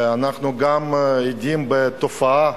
ואנחנו גם מכירים את התופעה,